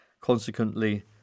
Consequently